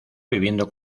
viviendo